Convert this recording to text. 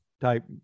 type